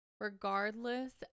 Regardless